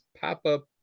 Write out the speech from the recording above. pop-up